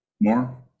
more